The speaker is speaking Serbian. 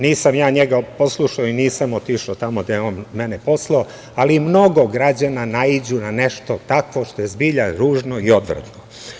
Nisam ja njega poslušao i nisam otišao tamo gde je mene poslao, ali mnogo građana naiđe na nešto takvo što je zbilja ružno i odvratno.